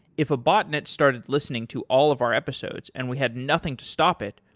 if a botnet started listening to all of our episodes and we have nothing to stop it,